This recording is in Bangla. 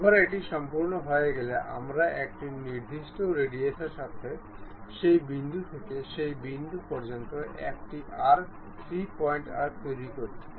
একবার এটি সম্পন্ন হয়ে গেলে আমরা একটি নির্দিষ্ট রেডিয়াসের সাথে সেই বিন্দু থেকে সেই বিন্দু পর্যন্ত একটি আর্ক 3 পয়েন্ট আর্ক তৈরি করি